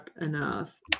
enough